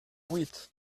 buit